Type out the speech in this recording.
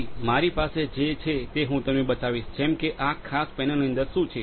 જેથી અમારી પાસે જે છે તે હું તમને બતાવીશ જેમકે આ ખાસ પેનલની અંદર શું છે